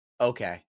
Okay